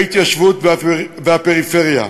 ההתיישבות והפריפריה.